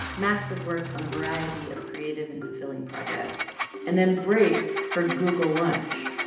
max would work on a variety of creative and fulfilling projects and then break for google lunch.